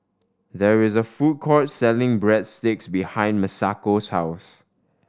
there is a food court selling Breadsticks behind Masako's house